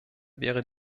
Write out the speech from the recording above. wäre